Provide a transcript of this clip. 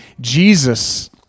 Jesus